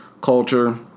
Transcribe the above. culture